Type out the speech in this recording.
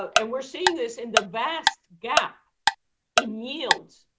and we're seeing this in the vast gap in yields,